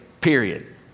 period